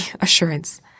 assurance